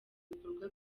bikorwa